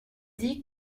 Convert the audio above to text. dit